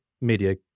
media